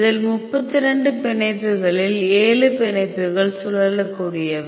இதில் 32 பிணைப்புகளில் 7 பிணைப்புகள் சுழலக்கூடியவை